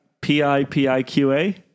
P-I-P-I-Q-A